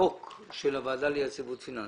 החוק של הוועדה ליציבות פיננסית.